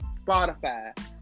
Spotify